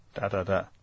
Da-da-da